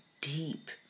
deep